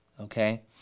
Okay